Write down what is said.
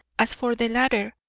as for the latter,